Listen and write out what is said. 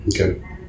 Okay